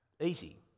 easy